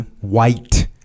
white